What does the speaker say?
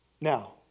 Now